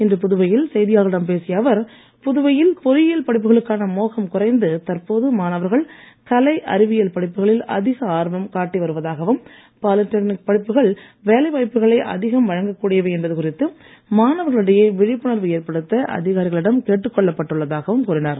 இன்று புதுவையில் செய்தியாளரிடம் பேசிய அவர் புதுவையில் பொறியியல் படிப்புகளுக்கான மோகம் குறைந்து தற்போது மாணவர்கள் கலை அறிவியல் படிப்புகளில் அதிக ஆர்வம் காட்டி வருவதாகவும் பாலிடெக்னிக் படிப்புகள் வேலை வாய்ப்புகளை அதிகம் வழங்கக் கூடியவை என்பது குறித்து மாணவர்களிடையே விழிப்புணர்வு ஏற்படுத்த அதிகாரிகளிடம் கேட்டுக் கொள்ளப்பட்டு உள்ளதாகவும் கூறினார்